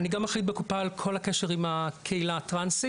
אני גם אחראית בקופה על כל הקשר עם הקהילה הטרנסית